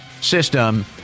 system